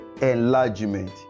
enlargement